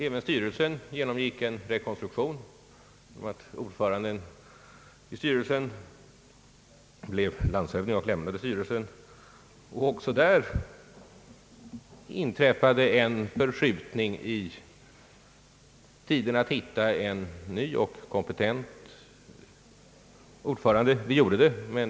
Även styrelsen genomgick en rekonstruktion. Ordföranden blev landshövding och lämnade styrelsen. Också när det gällde att hitta en kompetent ordförande inträffade en förskjutning i tiden.